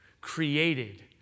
created